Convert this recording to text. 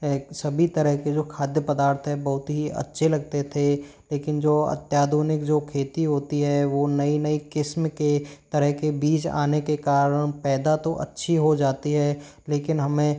सभी तरह के जो खाद्य पदार्थ हैं बहुत ही अच्छे लगते थे लेकिन जो अत्याधुनिक जो खेती होती है वो नई नई किस्म के तरह के बीज आने के कारण पैदा तो अच्छी हो जाती है लेकिन हमें